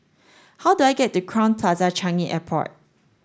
how do I get to Crowne Plaza Changi Airport